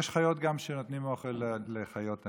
יש גם חיות שנותנות אוכל לחיות עניות,